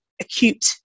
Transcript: acute